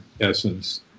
essence